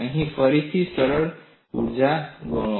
અહીં ફરીથી સરળ ગણતરી કરો